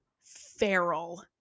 feral